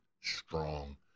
strong